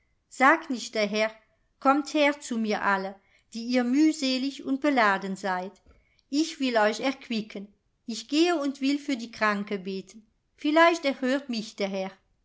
sagt nicht der herr kommt her zu mir alle die ihr mühselig und beladen seid ich will euch erquicken ich gehe und will für die kranke beten vielleicht erhört mich der herr